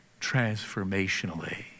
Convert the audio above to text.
transformationally